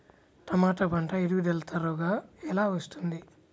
టమాట పంట ఎదుగుదల త్వరగా ఎలా వస్తుంది?